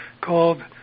called